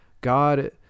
God